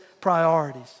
priorities